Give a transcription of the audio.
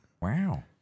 Wow